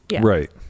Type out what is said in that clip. Right